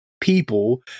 people